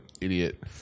Idiot